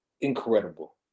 incredible